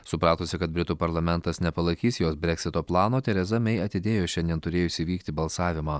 supratusi kad britų parlamentas nepalaikys jos breksito plano tereza mey atidėjo šiandien turėjusį vykti balsavimą